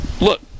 Look